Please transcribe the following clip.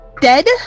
dead